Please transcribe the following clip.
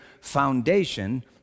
foundation